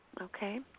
Okay